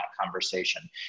conversation